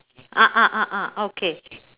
ah ah ah ah okay